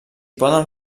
poden